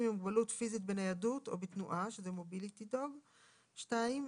עם מוגבלות פיזית בניידות או בתנועה ((MOBILITY DOG; (2)